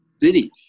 city